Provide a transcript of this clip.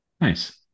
nice